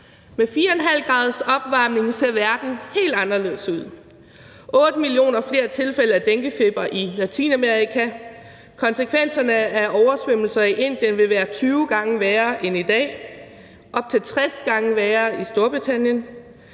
Med 4,5 graders opvarmning ser verden helt anderledes ud. 8 millioner flere tilfælde af denguefeber i Latinamerika, konsekvenserne af oversvømmelser i Indien vil være 20 gange værre end i dag, op til 60 gange værre i Storbritannien.